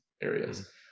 areas